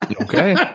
Okay